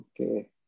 okay